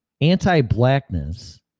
Anti-blackness